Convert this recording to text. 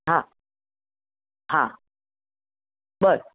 हां हां बरं